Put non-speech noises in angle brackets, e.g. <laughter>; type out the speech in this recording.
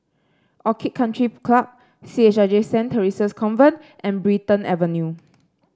Orchid Country Club C H I J Saint Theresa's Convent and Brighton Avenue <noise>